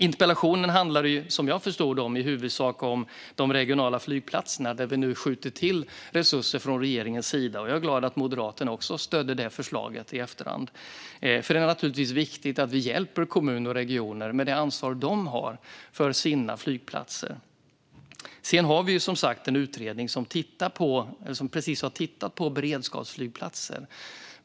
Interpellationen handlade, som jag förstod det, i huvudsak om de regionala flygplatserna där vi från regeringens sida nu skjuter till resurser. Jag är glad att även Moderaterna stödde det förslaget i efterhand, för det är naturligtvis viktigt att vi hjälper kommuner och regioner med det ansvar som de har för sina flygplatser. Vi har som sagt en utredning som precis har tittat på beredskapsflygplatser.